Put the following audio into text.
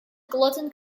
gluten